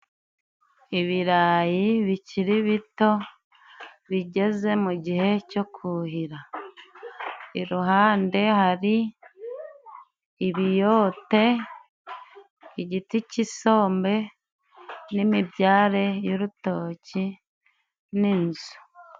Ibirayi bikiri bito bigeze mu gihe cyo kuhira, iruhande hari ibiyote, igiti cy' isombe n'imibyare y'urutoki n'inzu.